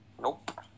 nope